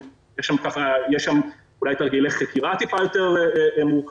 יש שם אולי תרגילי חקירה יותר מורכבים.